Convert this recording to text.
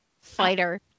fighter